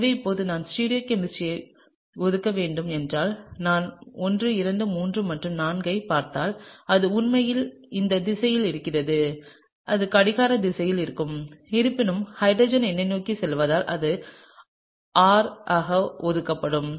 எனவே இப்போது நான் ஸ்டீரியோ கெமிஸ்ட்ரியை ஒதுக்க வேண்டும் என்றால் நான் 1 2 3 மற்றும் 4 ஐப் பார்த்தால் அது உண்மையில் இந்த திசையில் இருக்கிறது அது கடிகார திசையில் இருக்கும் இருப்பினும் ஹைட்ரஜன் என்னை நோக்கிச் செல்வதால் இது R ஆக ஒதுக்கப்படும்